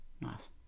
Nice